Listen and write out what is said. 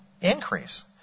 increase